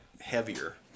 heavier